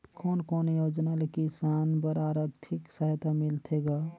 कोन कोन योजना ले किसान बर आरथिक सहायता मिलथे ग?